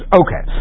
okay